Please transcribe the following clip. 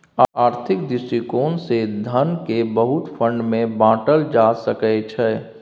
आर्थिक दृष्टिकोण से धन केँ बहुते फंड मे बाटल जा सकइ छै